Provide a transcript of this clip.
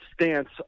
stance